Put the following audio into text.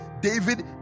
David